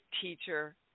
teacher